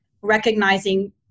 recognizing